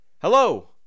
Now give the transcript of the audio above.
Hello